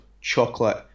chocolate